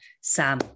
Sam